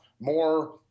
more